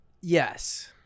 Yes